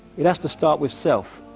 it has to start with self.